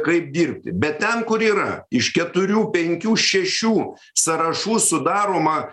kaip dirbti bet ten kur yra iš keturių penkių šešių sąrašų sudaroma